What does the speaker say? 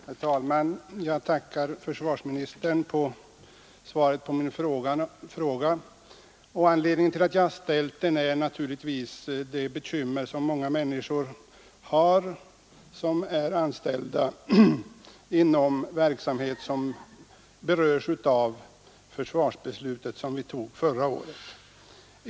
Herr talman! Jag tackar försvarsministern för svaret på min fråga. Anledningen till att jag ställt frågan är naturligtvis de bekymmer många människor har som är anställda inom verksamhet som berörs av det försvarsbeslut vi fattade förra året.